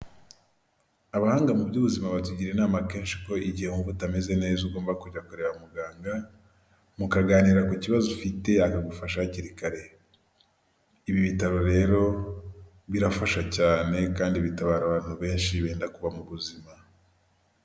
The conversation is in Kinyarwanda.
Abahanga mu by'ubuzima batugira inama kenshi ko igihe wumva utameze neza ugomba kujya kureba muganga mukaganira ku kibazo ufite akagufasha hakiri kare, ibi bitaro rero birafasha cyane kandi bitabara abantu benshi benda kuva mu buzima.